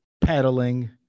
pedaling